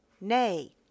Nay